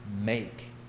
make